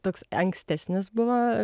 toks ankstesnis buvo